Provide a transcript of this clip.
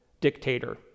dictator